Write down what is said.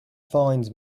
find